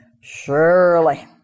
surely